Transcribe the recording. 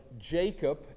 Jacob